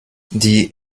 die